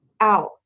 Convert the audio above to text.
out